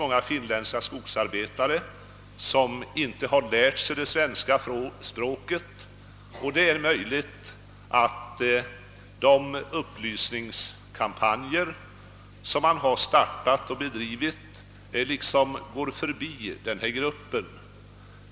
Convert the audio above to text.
Många finländska skogsarbetare har inte lärt sig svenska, och det är därför möjligt att de upplysningskampanjer som startats går förbi denna grupp.